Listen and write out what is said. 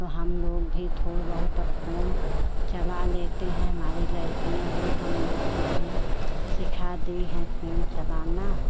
तो हम लोग भी थोड़ बहुत अब फोन चला लेते हैं हमारी लड़कियाँ लोग हम लोग को सिखाती हैं फोन चलाना